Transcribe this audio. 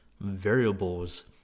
variables